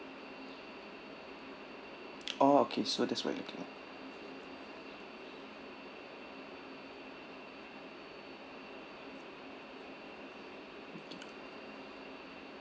oh okay so that's what you K